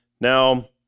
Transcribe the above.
Now